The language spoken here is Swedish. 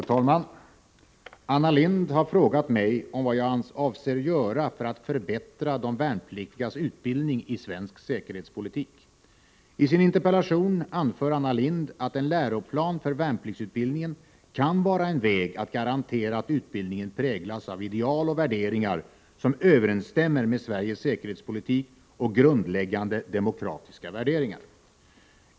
Herr talman! Anna Lindh har frågat mig vad jag avser göra för att förbättra de värnpliktigas utbildning i svensk säkerhetspolitik. I sin interpellation anför Anna Lindh att en läroplan för värnpliktsutbildningen kan vara en väg att garantera att utbildningen präglas av ideal och värderingar som överensstämmer med Sveriges säkerhetspolitik och grundläggande demokratiska värderingar.